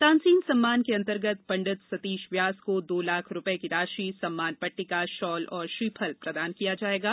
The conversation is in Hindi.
तानसेन सम्मान के अन्तर्गत पण्डित सतीश व्यास को दो लाख रूपये की राशि सम्मान पट्टिका शाल व श्रीफल प्रदान किए जायेंगे